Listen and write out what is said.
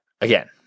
Again